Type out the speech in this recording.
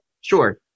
Sure